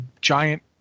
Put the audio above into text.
giant